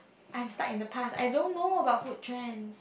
I am stucked in the past I don't know about food trends